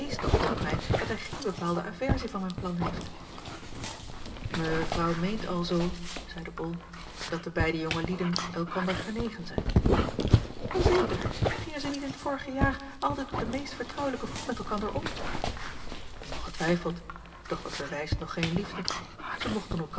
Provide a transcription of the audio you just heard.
dunkt mij dat hij geen bepaalde aversie van mijn plan heeft mevrouw meent alzoo zeide bol dat de beide jonge lieden elkander genegen zijn wel zeker gingen zij niet in t vorige jaar altijd op den meest vertrouwelijken voet met elkander om ongetwijfeld doch dat bewijst nog geen liefde zij mochten